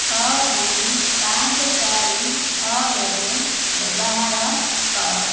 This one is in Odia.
ଛଅ ଦୁଇ ପାଞ୍ଚ ଚାରି ଛଅ ଏକ ବ୍ୟବହାର କର